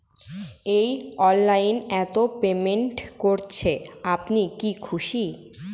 এই অনলাইন এ পেমেন্ট করছেন আপনি কি খুশি?